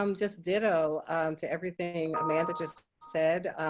um just ditto to everything amanda just said.